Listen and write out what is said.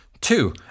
Two